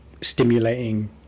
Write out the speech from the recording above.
stimulating